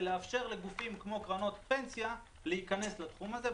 לאפשר לגופים כמו קרנות פנסיה להיכנס לתחום הזה.